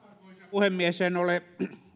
puhemies en ole